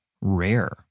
rare